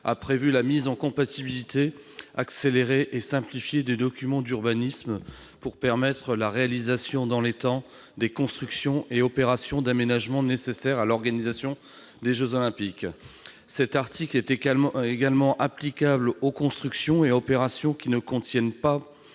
a prévu la mise en compatibilité accélérée et simplifiée des documents d'urbanisme, pour permettre la réalisation dans les temps des constructions et opérations d'aménagement nécessaires à l'organisation des jeux Olympiques. Cet article est également applicable aux constructions et opérations qui ne contiennent que